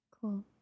Cool